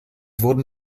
wurden